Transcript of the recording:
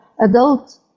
adult